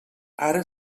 ara